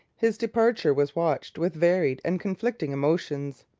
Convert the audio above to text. his departure was watched with varied and conflicting emotions.